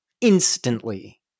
Instantly